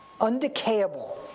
Undecayable